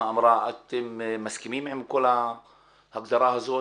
אתם מסכימים עם כל ההגדרה הזאת,